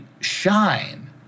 shine